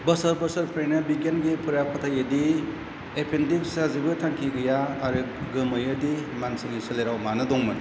बोसोर बोसोरनिफ्रायनो बिगियानगिरिफोरा फोथायो दि एपेनदिक्सआ जेबो थांखि गैया आरो गोमोयो दि मानसिनि सोलेराव मानो दंमोन